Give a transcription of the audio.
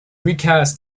recast